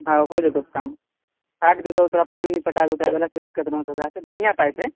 हो जेतौं काम पाइप देतौं तोरा पानी ऊनी पटाबै ओटाबै लए कोई दिक्कत नहि हेतौं बढ़िऑं पाइप है